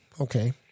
okay